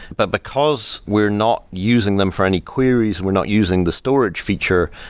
but because we're not using them for any queries, we're not using the storage feature,